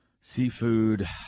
Seafood